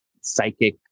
psychic